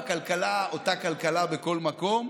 הכלכלה אותה כלכלה בכל מקום,